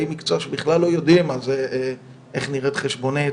מקצוע שבכלל לא יודעים איך נראית חשבונית.